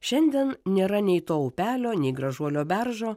šiandien nėra nei to upelio nei gražuolio beržo